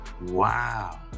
wow